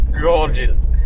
gorgeous